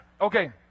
Okay